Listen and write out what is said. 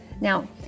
Now